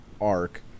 arc